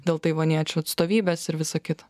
dėl taivaniečių atstovybės ir visa kita